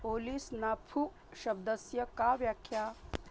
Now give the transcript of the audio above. police नफू शब्दस्य का व्याख्या